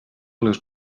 les